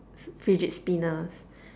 fidget spinners